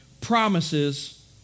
promises